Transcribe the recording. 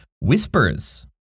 Whispers